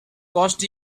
costs